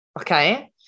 okay